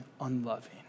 unloving